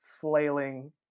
flailing